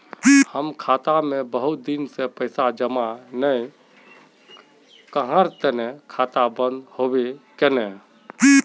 हम खाता में बहुत दिन से पैसा जमा नय कहार तने खाता बंद होबे केने?